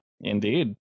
Indeed